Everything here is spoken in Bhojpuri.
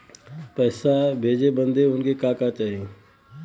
पैसा भेजे बदे उनकर का का चाही?